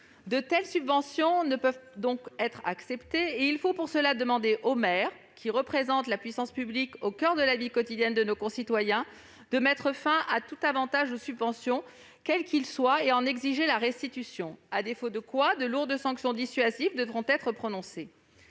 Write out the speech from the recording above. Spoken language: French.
De telles subventions ne peuvent être acceptées. Pour cela, il faut demander aux maires, représentants de la puissance publique au coeur de la vie quotidienne de nos concitoyens, de mettre fin à tous les avantages ou subventions quels qu'ils soient et d'en exiger la restitution, à défaut de quoi de lourdes sanctions dissuasives devront être prononcées.